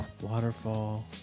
waterfall